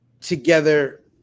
together